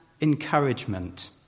Encouragement